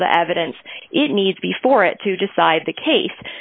all the evidence it needs before it to decide the case